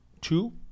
two